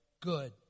good